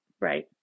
Right